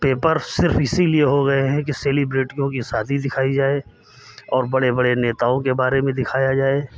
paper सिर्फ इसीलिए हो गए हैं कि सेलिब्रिटियों की शादी दिखाई जाएं और बड़े बड़े नेताओं के बारे में दिखाया जाए